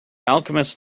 alchemist